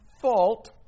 fault